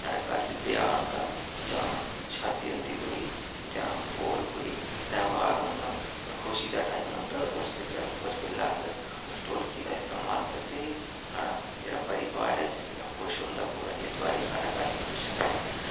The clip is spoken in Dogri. साढ़े घर च ब्याह आंदा जां शादी होंदी कोई जां होर कोई ध्यार होंदा जां खुशी दा टाइम होंदा उस बेल्लै अस्स ढोलकी दा इस्तेमाल करदे गै साढ़ा मेरा परिवार ऐ जिस बेल्लै खुश होंदा पूरा इस बारी बी साढ़े घर जी पिच्छे नेई इक